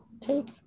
take